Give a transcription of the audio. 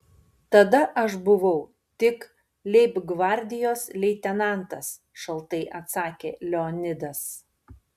tada aš buvau tik leibgvardijos leitenantas šaltai atsakė leonidas